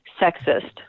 sexist